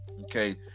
Okay